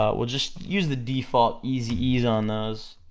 ah we'll just use the default easy ease on those,